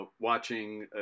watching